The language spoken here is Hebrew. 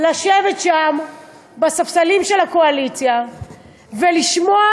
לשבת שם בספסלים של הקואליציה ולשמוע